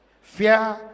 Fear